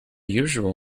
usual